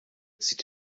zieht